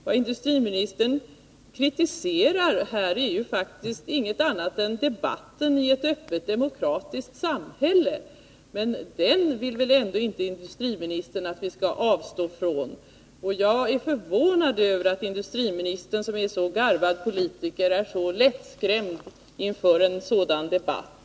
Vadindustriministern kritiserar är ju faktiskt ingenting annat än debatten i ett öppet demokratiskt samhälle. Den vill väl ändå inte industriministern att vi skall avstå från. Jag är förvånad över att industriministern, som är en så garvad politiker, är så lättskrämd inför en sådan debatt.